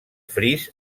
fris